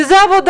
כי זו עבודה,